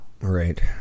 Right